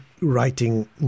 writing